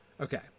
Okay